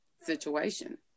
situation